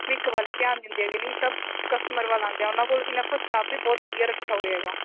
ਵੀ ਇੱਕ ਵੱਲ ਹੀ ਧਿਆਨ ਦਿੰਦੇ ਹੈਗੇ ਨੇ ਸਭ ਕਸਟਮਰ ਵੱਲ ਆਉਂਦੇ ਆ ਉਹਨਾਂ ਕੋਲ ਸਟਾਫ਼ ਵੀ ਬਹੁਤ ਵਧੀਆ ਰੱਖਿਆ ਹੋਇਆ ਹੈਗਾ